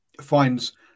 finds